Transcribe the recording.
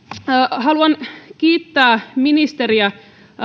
haluan kiittää ministeriä